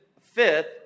fifth